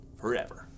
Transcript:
forever